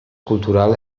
cultural